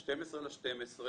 ב-12 לדצמבר